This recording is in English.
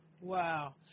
Wow